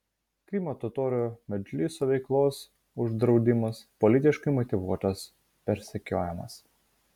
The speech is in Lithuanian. krymo totorių medžliso veiklos uždraudimas politiškai motyvuotas persekiojimas